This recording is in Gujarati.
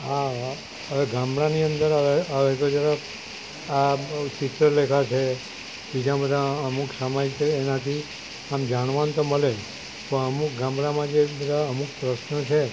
હા હવે ગામડાની અંદર હવે હવે તો ચાલો આ ચિત્રલેખા છે બીજા બધા અમુક સમાજ છે એનાથી આમ જાણવાનું તો મળે જ પણ અમુક ગામડામાં જે બધા અમુક પ્રશ્ન છે